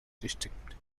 district